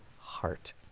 heart